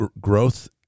growth